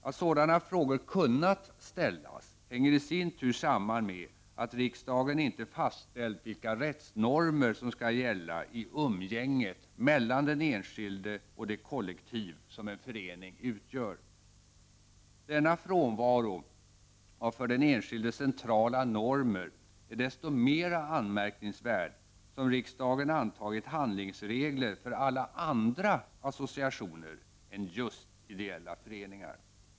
Att sådana frågor kunnat ställas hänger i sin tur samman med att riksdagen inte fastställt vilka rättshormer som skall gälla i umgänget mellan den enskilde och det kollektiv som en förening utgör. Denna frånvaro av för den enskilde centrala normer är desto mer anmärkningsvärd som riksdagen antagit handlingsregler för alla andra associationer än just ideella föreningar.